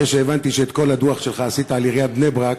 אחרי שהבנתי שאת כל הדוח שלך עשית על עיריית בני-ברק,